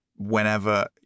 Whenever